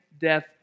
death